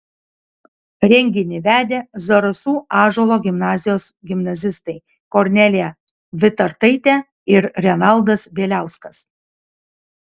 renginį vedė zarasų ąžuolo gimnazijos gimnazistai kornelija vitartaitė ir renaldas bieliauskas